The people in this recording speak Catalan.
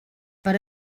per